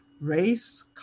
race